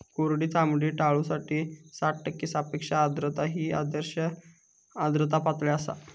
कोरडी चामडी टाळूसाठी साठ टक्के सापेक्ष आर्द्रता ही आदर्श आर्द्रता पातळी आसा